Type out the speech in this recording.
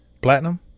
Platinum